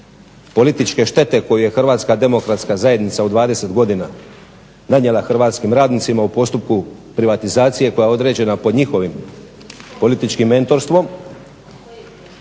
političke štete koju je HDZ-a u 20 godina nanijela hrvatskim radnicima u postupku privatizacije koja je određena po njihovim političkim mentorstvom.